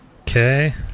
Okay